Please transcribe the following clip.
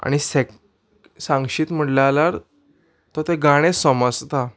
आनी सेक सांगशीत म्हणले जाल्यार तो ते गाणें समजता